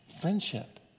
friendship